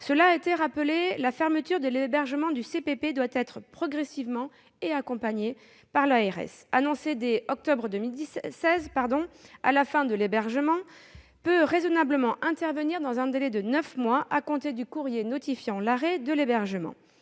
Cela a été rappelé, la fermeture de l'hébergement du CPP doit être progressive et accompagnée par l'ARS : annoncée dès octobre 2016, la fin de l'hébergement peut raisonnablement intervenir dans un délai de neuf mois à compter du courrier notifiant l'arrêt de l'hébergement.